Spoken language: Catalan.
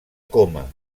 coma